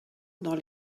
dans